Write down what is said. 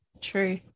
true